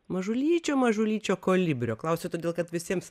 mažulyčio mažulyčio kolibrio klausiu todėl kad visiems